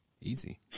Easy